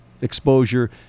exposure